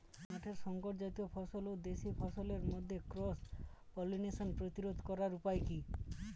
মাঠের শংকর জাতীয় ফসল ও দেশি ফসলের মধ্যে ক্রস পলিনেশন প্রতিরোধ করার উপায় কি?